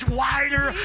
wider